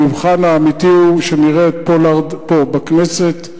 המבחן האמיתי הוא שנראה את פולארד פה בכנסת,